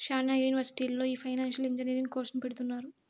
శ్యానా యూనివర్సిటీల్లో ఈ ఫైనాన్సియల్ ఇంజనీరింగ్ కోర్సును పెడుతున్నారు